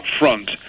upfront